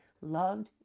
loved